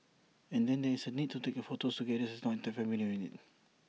and then there is the need to take photos together as one tight familial unit